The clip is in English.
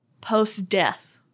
post-death